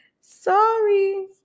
Sorry